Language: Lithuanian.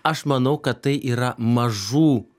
aš manau kad tai yra mažų